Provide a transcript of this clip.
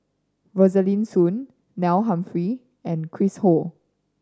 Rosaline Soon Neil Humphreys and Chris Ho